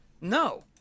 no